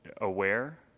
aware